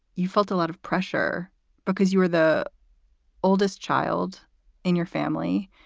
you felt a lot of pressure because you were the oldest child in your family.